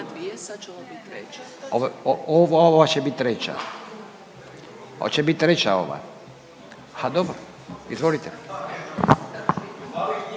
Ovo će bit treća. Oće bit treća ova? Ha dobro, izvolite.